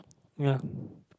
ya